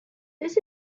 this